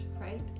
right